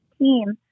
team